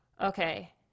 Okay